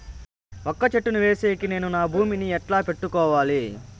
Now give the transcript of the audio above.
వక్క చెట్టును వేసేకి నేను నా భూమి ని ఎట్లా పెట్టుకోవాలి?